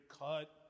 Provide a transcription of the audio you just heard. cut